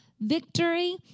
victory